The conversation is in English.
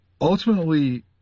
ultimately